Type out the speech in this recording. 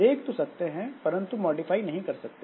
देख तो सकते हैं परंतु मॉडिफाई नहीं कर सकते